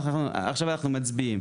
עכשיו אנחנו מצביעים.